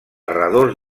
redós